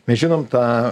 mes žinom tą